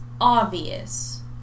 obvious